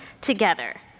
together